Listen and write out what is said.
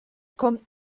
kommt